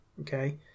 okay